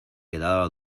quedaba